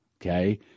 Okay